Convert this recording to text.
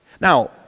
Now